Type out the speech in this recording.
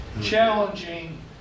challenging